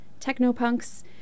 Technopunks